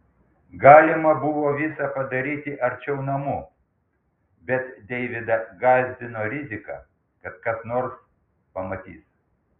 galima buvo visa padaryti arčiau namų bet deividą gąsdino rizika kad kas nors pamatys